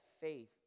faith